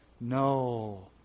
No